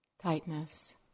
tightness